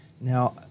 Now